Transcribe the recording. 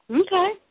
Okay